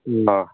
ꯑꯣ